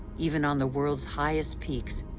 even on the world's highest peaks,